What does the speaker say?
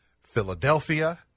Philadelphia